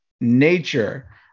nature